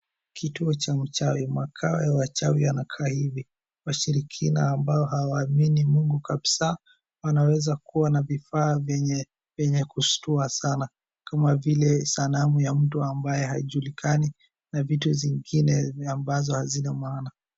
Kituo cha uchawi. Makao ya wachawi yanakaa hivi. Washirikina ambao hawaamini Mungu kabisa, wanaweza kuwa na vifaa vyenye, vyenye kushtua sana kama vila sanamu ya mtu ambaye hajulikani, na vitu zingine ambazo hazina maana.